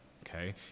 Okay